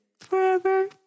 forever